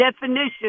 definition